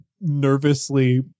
nervously